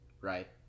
right